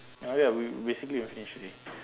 okay we we basically we finish already